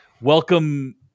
welcome